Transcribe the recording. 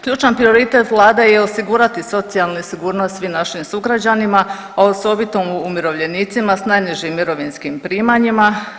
Ključan prioritet vlada je osigurati socijalnu sigurnost svih našim sugrađanima, a osobito umirovljenicima s najnižim mirovinskim primanjima.